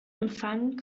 empfang